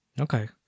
okay